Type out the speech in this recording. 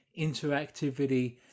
interactivity